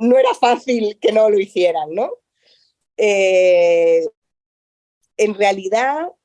no era fácil que no lo hicieran, ¿no? Eh, en realidad,